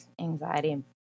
anxiety